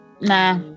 nah